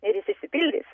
ir is išsipildys